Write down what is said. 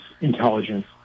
intelligence